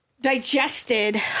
digested